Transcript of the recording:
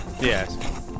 Yes